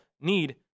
need